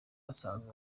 basanzwe